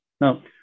Now